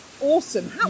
awesome